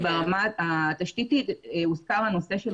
ברמה התשתיתית הוזכר הנושא של